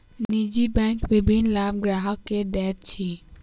निजी बैंक विभिन्न लाभ ग्राहक के दैत अछि